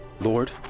Lord